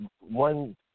one